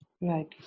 right